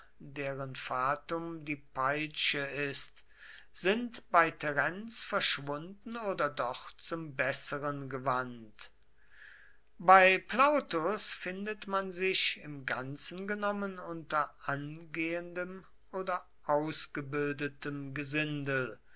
deren fatum die peitsche ist sind bei terenz verschwunden oder doch zum besseren gewandt bei plautus befindet man sich im ganzen genommen unter angehendem oder ausgebildetem gesindel